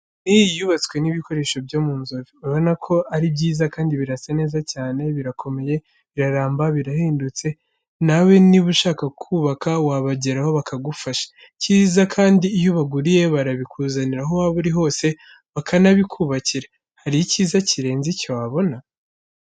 N'iyi yubatswe n'ibikoresho byo mu Nzove, urabona ko ari byiza kandi birasa neza cyane birakomeye, biraramba, birahendutse, nawe niba ushaka kubaka wabageraho bakagufasha, icyiza kandi iyo ubaguriye barabikuzanira aho waba uri hose banabikubakira, hari icyiza kirenze icyo wabona.